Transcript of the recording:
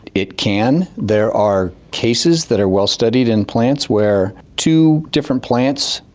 it can. there are cases that are well studied in plants where two different plants,